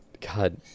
God